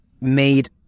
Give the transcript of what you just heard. made